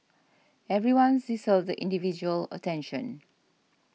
everyone deserves the individual attention